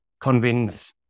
convince